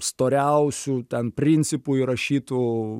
storiausių ten principų įrašytų